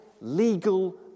legal